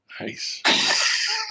Nice